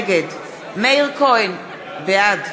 נגד מאיר כהן, בעד